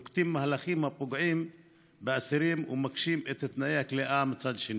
נוקטים מהלכים הפוגעים באסירים ומקשים את תנאי הכליאה מצד שני,